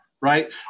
right